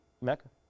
Mecca